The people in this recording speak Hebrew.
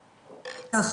ככה,